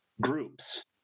groups